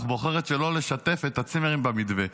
אך היא בוחרת שלא לשתף את הצימרים במתווה,